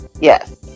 Yes